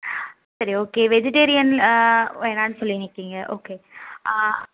சரி okay vegetarian வேணான்னு சொல்லினிக்கீங்க ஓகே